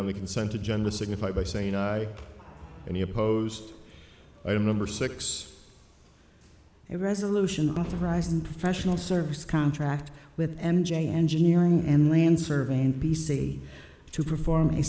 on the consent agenda signify by saying i any opposed item number six a resolution authorizing professional service contract with m j engineering and land surveying p c to perform a